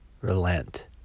relent